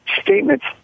statements